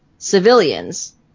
civilians